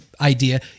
idea